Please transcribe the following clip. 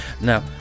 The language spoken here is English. Now